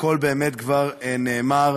הכול באמת כבר נאמר.